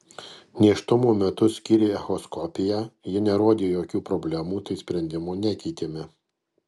nėštumo metu skyrė echoskopiją ji nerodė jokių problemų tai sprendimo nekeitėme